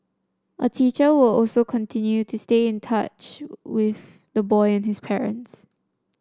a teacher will also continue to stay in touch with the boy and his parent